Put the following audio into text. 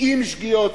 עם שגיאות,